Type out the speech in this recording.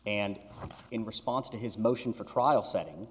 and in response to his motion for trial setting